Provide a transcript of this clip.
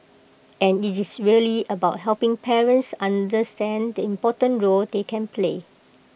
and IT is really about helping parents understand the important role they can play